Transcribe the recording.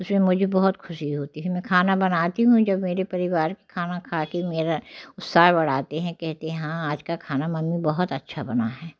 उसमें मुझे बहुत खुशी होती है मैं खाना बनाती हूँ जो मेरे परिवार खाना खा के मेरा उत्साह बढ़ाते हैं कहते हैं हाँ आज का खाना मम्मी बहुत अच्छा बना है